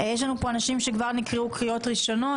יש כבר אנשים שקראתי להם בקריאות ראשונות,